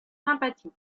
sympathies